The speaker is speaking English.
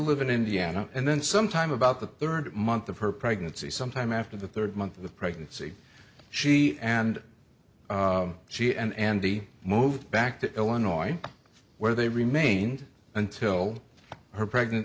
live in indiana and then sometime about the third month of her pregnancy sometime after the third month of pregnancy she and she and andy moved back to illinois where they remained until her pregnant